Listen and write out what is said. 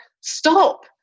stop